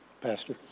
Pastor